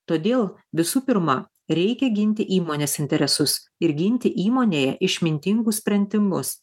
todėl visų pirma reikia ginti įmonės interesus ir ginti įmonėje išmintingus sprendimus